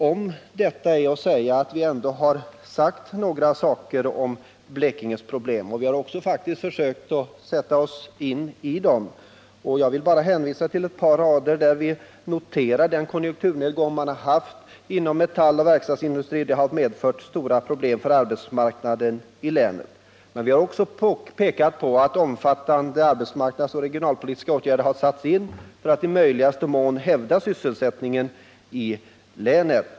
Om detta är att säga att vi ändå sagt några saker om Blekinges problem. Vi har faktiskt försökt att sätta oss in i dem. Jag vill härvidlag bara hänvisa till det avsnitt där vi noterar den konjunkturnedgång man har haft inom metalloch verkstadsindustrin. Den har medfört stora problem för arbetsmarknaden i länet. Men vi har också pekat på att omfattande arbetsmarknadsoch regionalpolitiska åtgärder har satts in för att i möjligaste mån hävda sysselsättningen i länet.